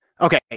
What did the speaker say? okay